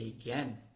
again